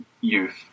youth